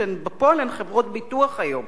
שבפועל הן חברות ביטוח היום,